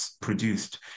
produced